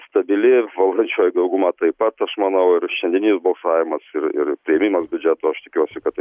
stabili ir valdančioji dauguma taip pat aš manau ir šiandieninis balsavimas ir ir priėmimas biudžeto aš tikiuosi kad tai